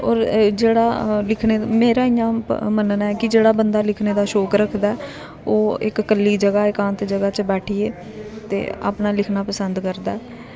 होर जेह्ड़ा लिखने दा मेरा इ'यां मनन्ना ऐ कि जेह्ड़ा बंदा लिखने दा शौक रखदा ऐ ओह् इक कल्ली जगह् एकांत जगह् च बैठिये ते अपना लिखना पसंद करदा ऐ